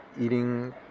eating